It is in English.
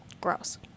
Gross